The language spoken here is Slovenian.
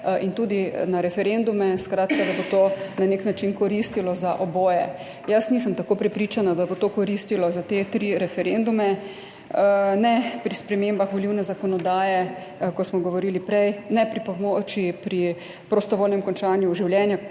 in tudi na referendume, skratka da bo to na nek način koristilo za oboje. Jaz nisem tako prepričana, da bo to koristilo za te tri referendume, ne pri spremembah volilne zakonodaje, ko smo govorili prej, ne pri pomoči pri prostovoljnem končanju življenja,